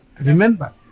remember